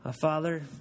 Father